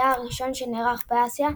היה הראשון שנערך באסיה,